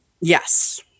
Yes